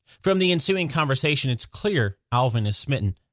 from the ensuing conversation, it's clear alvin is smitten.